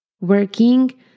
working